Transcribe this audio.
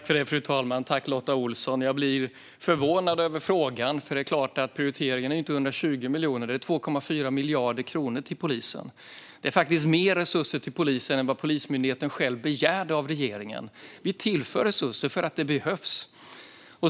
Fru talman! Jag tackar Lotta Olsson. Jag blir förvånad över frågan, för regeringen ger inte polisen 120 miljoner utan 2,4 miljarder. Vi ger faktiskt mer resurser till polisen än vad Polismyndigheten själv begärde av regeringen. Vi tillför resurser för att det behövs.